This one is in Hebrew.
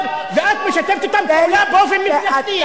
ואת משתפת אתם פעולה באופן מפלגתי.